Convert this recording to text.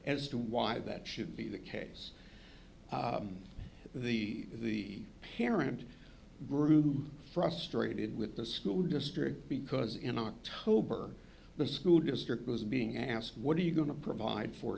to why that should be the case the the parent grew frustrated with the school district because in october the school district was being asked what are you going to provide for